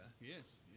Yes